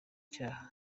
cyaha